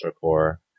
Core